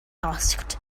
asked